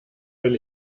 will